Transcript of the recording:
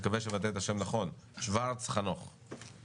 נכון שבשביל שכונה צריך את הכביש ואת כיתות הגן,